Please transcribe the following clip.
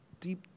deep